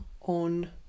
on